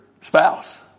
spouse